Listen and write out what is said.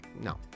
No